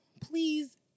please